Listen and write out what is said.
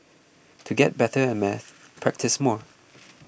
to get better at maths practise more